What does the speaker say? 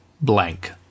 blank